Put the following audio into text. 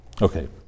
Okay